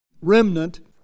remnant